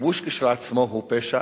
הכיבוש כשלעצמו הוא פשע.